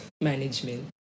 management